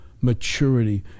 maturity